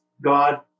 God